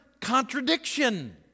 contradiction